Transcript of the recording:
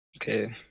Okay